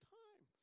time